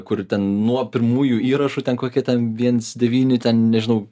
kur nuo pirmųjų įrašų ten kokie ten viens devyni nežinau